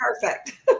perfect